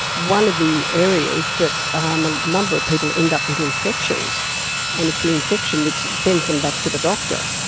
one of the areas is that um a number of people end up with infections and it's the infection which sends them back to the doctor.